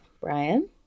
Brian